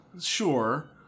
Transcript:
sure